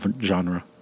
genre